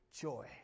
joy